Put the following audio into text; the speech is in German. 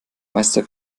meister